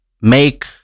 make